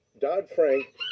Dodd-Frank